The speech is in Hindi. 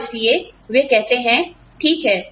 और इसलिए वे कहते हैं ठीक है